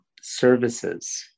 services